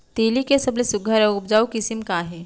तिलि के सबले सुघ्घर अऊ उपजाऊ किसिम का हे?